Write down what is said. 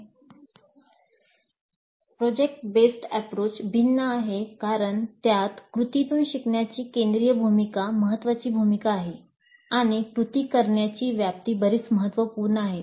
प्रकल्प आधारित दृष्टिकोन भिन्न आहे कारण त्यात ' कृतीतून शिकण्याची केंद्रीय भूमिका महत्वाची भूमिका आहे आणि ' कृती करण्याची ' व्याप्ती बरीच महत्त्वपूर्ण आहे